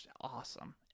awesome